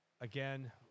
again